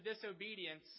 disobedience